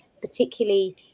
particularly